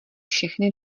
všechny